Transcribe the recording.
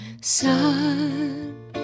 sun